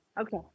Okay